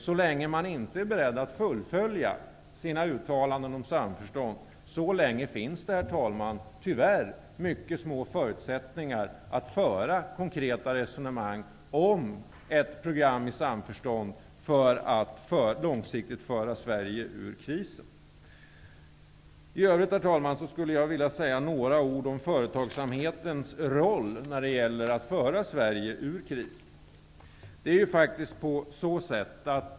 Så länge man inte är beredd att fullfölja sina uttalanden om samförstånd så länge finns det, herr talman, tyvärr mycket små förutsättningar att föra konkreta resonemang om ett program i samförstånd för att långsiktigt föra Sverige ur krisen. I övrigt, herr talman, vill jag säga några ord om företagsamhetens roll när det gäller att föra Sverige ur krisen.